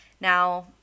now